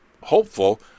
hopeful